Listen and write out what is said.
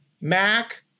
Mac